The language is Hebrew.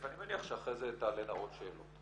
ואני מניח שאחרי זה תעלנה עוד שאלות.